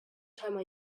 time